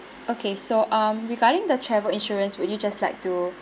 okay so um regarding the travel insurance would you just like to